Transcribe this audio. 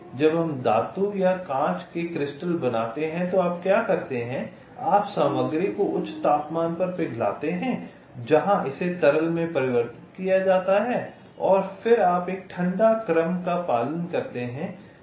इसलिए जब हम धातु या कांच के क्रिस्टल बनाते हैं तो आप क्या करते हैं हम सामग्री को उच्च तापमान पर पिघलाते हैं जहां इसे तरल में परिवर्तित किया जाता है और फिर आप एक ठंडा क्रम का पालन करते हैं